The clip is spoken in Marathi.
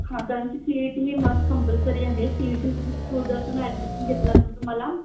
हां कारण की सी ई टी ही मस्ट कंपल्सरी आहे सी ई टी थ्रू जर तुम्ही ॲडमिशन घेतला तर तुम्हाला